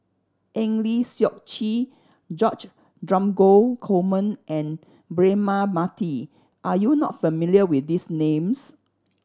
Eng Lee Seok Chee George Dromgold Coleman and Braema Mathi are you not familiar with these names